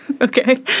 okay